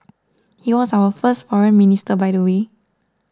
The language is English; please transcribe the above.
he was our first Foreign Minister by the way